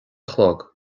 chlog